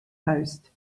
post